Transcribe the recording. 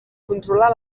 controlar